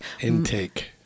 Intake